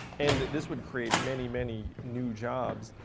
and this would create many, many new jobs.